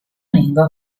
lingua